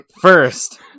first